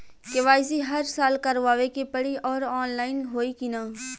KYC हर साल करवावे के पड़ी और ऑनलाइन होई की ना?